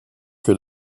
que